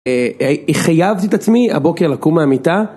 חייבתי את עצמי הבוקר לקום מהמיטה.